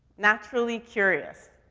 naturally curious.